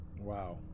Wow